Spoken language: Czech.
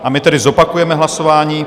A my tedy zopakujeme hlasování.